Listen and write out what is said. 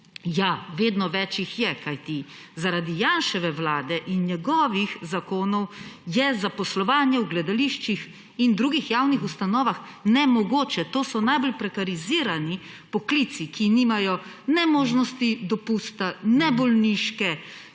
Ja! Vedno več jih je, kajti zaradi Janševe vlade in njegovih zakonov je zaposlovanje v gledališčih in drugih javnih ustanovah nemogoče. To so najbolj prekarizirani poklici, ki nimajo ne možnosti dopusta, ne bolniške,